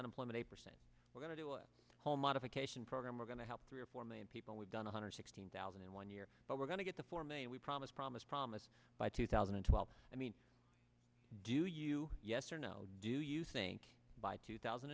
unemployment eight percent we're going to do a whole modification program we're going to help three or four million people we've done one hundred sixteen thousand and one year but we're going to get the four million we promise promise promise by two thousand and twelve i mean do you yes or no do you think by two thousand